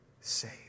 save